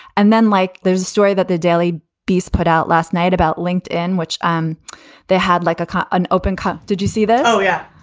and then, like, there's a story that the daily beast put out last night about linked in which um they had like an open cut did you see that? oh, yeah.